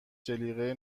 جلیقه